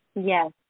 Yes